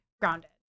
grounded